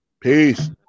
Peace